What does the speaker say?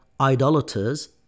idolaters